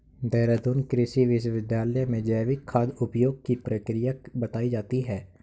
देहरादून कृषि विश्वविद्यालय में जैविक खाद उपयोग की प्रक्रिया बताई जाती है